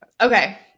Okay